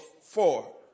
four